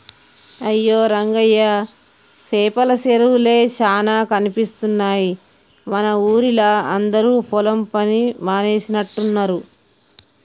అయ్యో రంగయ్య సేపల సెరువులే చానా కనిపిస్తున్నాయి మన ఊరిలా అందరు పొలం పని మానేసినట్టున్నరు